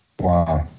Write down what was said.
Wow